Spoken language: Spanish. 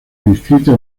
inscrito